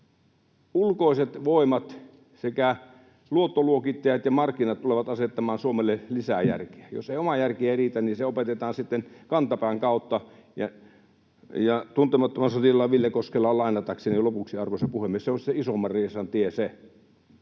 Ulkoiset voimat sekä luottoluokittajat ja markkinat tulevat asettamaan Suomelle lisää järkeä. Jos oma järki ei riitä, niin se opetetaan sitten kantapään kautta. Ja Tuntemattoman sotilaan Ville Koskelaa lainatakseni lopuksi, arvoisa puhemies, se on sitten isomman riesan tie se.